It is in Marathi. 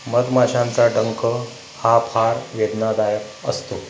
मधमाशांचा डंख हा फार वेदनादायक असतो